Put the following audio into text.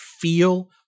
feel